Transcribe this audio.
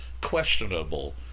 questionable